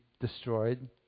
destroyed